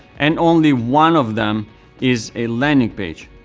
and only one of them is a landing page.